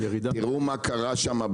תראו מה קרה שם,